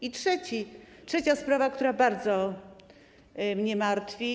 Jest też trzecia sprawa, która bardzo mnie martwi.